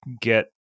get